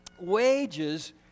Wages